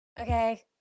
Okay